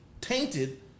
tainted